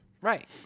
Right